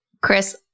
Chris